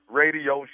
radio